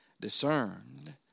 discerned